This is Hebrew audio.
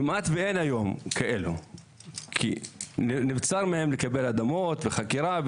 כמעט ואין היום כאלו כי נבצר מהם לקבל אדמות וחכירה,